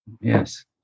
Yes